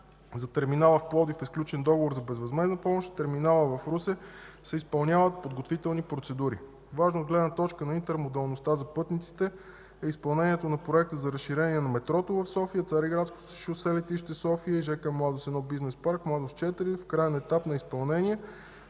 За терминала в Пловдив е сключен договор за безвъзмездна помощ. За терминала в Русе се изпълняват подготвителни процедури. Важно от гледна точка на интермодалността за пътниците е изпълнението на Проекта за разширение на метрото в София: Цариградско шосе – летище София – жк „Младост 1” – Бизнеспарк – „Младост 4”. Краен етап на изпълнение